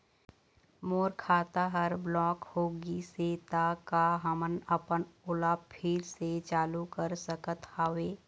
मोर खाता हर ब्लॉक होथे गिस हे, का आप हमन ओला फिर से चालू कर सकत हावे?